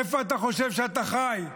איפה אתה חושב שאתה חי,